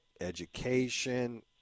education